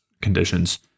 conditions